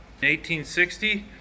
1860